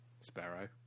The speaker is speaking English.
sparrow